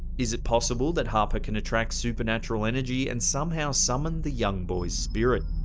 is it possible that harper can attract supernatural energy, and somehow summon the young boy's spirit?